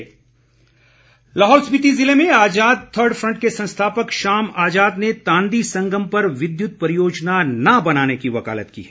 आजाद लाहौल स्पीति ज़िले में Azad third front के संस्थापक शाम आजाद ने तांदी संगम पर विद्युत परियोजना न बनाने की वकालत की है